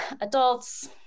adults